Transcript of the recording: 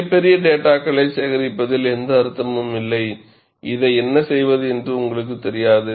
மிகப்பெரிய டேட்டாகளை சேகரிப்பதில் எந்த அர்த்தமும் இல்லை இதை என்ன செய்வது என்று உங்களுக்குத் தெரியாது